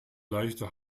leichte